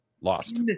lost